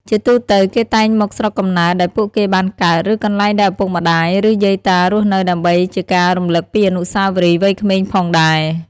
ជាទូទៅ គេតែងមកស្រុកកំណើតដែលពួកគេបានកើត ឬ កន្លែងដែលឪពុកម្ដាយ ឬយាយតារស់នៅដើម្បីជាការរំឭកពីអនុស្សាវរីយ៍វ័យក្មេងផងដែរ។